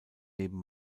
neben